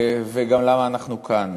וגם למה אנחנו כאן.